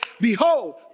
Behold